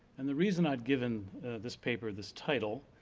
and the reason i've given this paper this title,